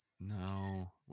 No